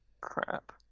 Crap